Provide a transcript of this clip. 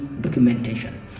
documentation